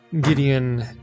Gideon